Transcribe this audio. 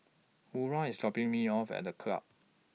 Maura IS dropping Me off At The Club